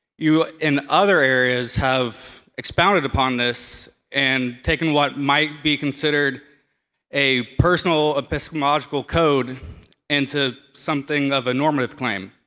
you, in other areas, have expounded upon this and taken what might be considered a personal epistemological code into something of a normative claim.